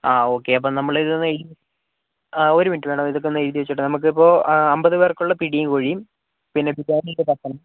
ആ ഓക്കെ അപ്പം നമ്മൾ ആ ഒരു മിനിറ്റ് മാഡം ഇതൊക്കെ ഒന്നെഴുതി വച്ചോട്ടെ നമുക്കിപ്പോൾ അമ്പതുപേർക്കുള്ള പിടിയും കോഴിയും പിന്നെ ബിരിയാണി ഒരു പത്തെണ്ണം